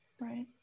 Right